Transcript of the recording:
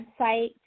website